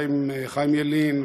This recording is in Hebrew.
חיים ילין,